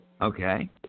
Okay